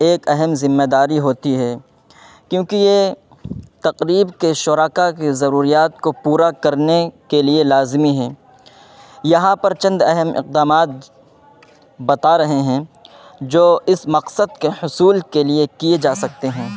ایک اہم ذمہ داری ہوتی ہے کیونکہ یہ تقریب کے شرکا کی ضروریات کو پورا کرنے کے لیے لازمی ہے یہاں پر چند اہم اقدامات بتا رہے ہیں جو اس مقصد کے حصول کے لیے کیے جا سکتے ہیں